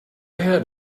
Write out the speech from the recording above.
had